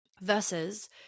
Versus